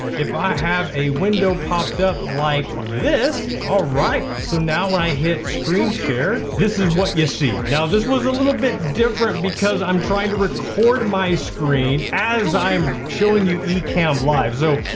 if i have a window popped up like this. all right, so now when i hit screen share, this is what you see. now this was a little bit different because i'm trying to record my screen as i'm showing you ecamm live. so,